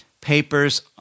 papers